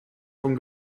von